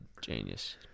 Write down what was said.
Genius